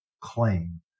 claim